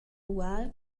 ual